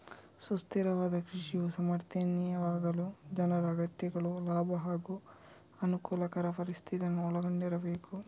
ಸುಸ್ಥಿರವಾದ ಕೃಷಿಯು ಸಮರ್ಥನೀಯವಾಗಲು ಜನರ ಅಗತ್ಯತೆಗಳು ಲಾಭ ಹಾಗೂ ಅನುಕೂಲಕರ ಪರಿಸ್ಥಿತಿಯನ್ನು ಒಳಗೊಂಡಿರಬೇಕು